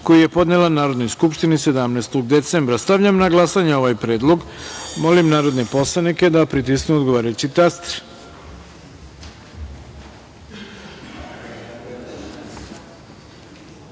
koji je podneo Narodnoj skupštini 14. decembra. Stavljam na glasanje ovaj predlog. Molim poslanike da pritisnu odgovarajući